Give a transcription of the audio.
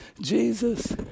Jesus